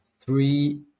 three